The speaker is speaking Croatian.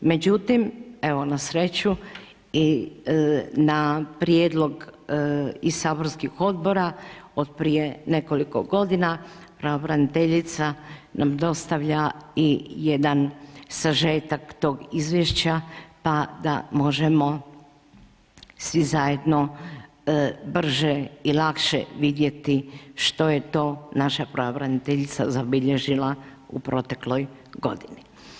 Međutim, evo, na sreću, i na prijedlog i saborskih odbora od prije nekoliko godina, pravobraniteljica nam dostavlja i jedan sažetak tog izvješća pa ga možemo svi zajedno brže i lakše vidjeti što je to naša pravobraniteljica zabilježila u protekloj godini.